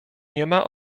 niema